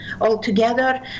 altogether